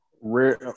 Rare